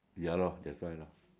ya lor that's why lah